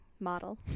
model